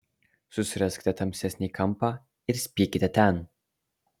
susiraskite tamsesnį kampą ir spiekite ten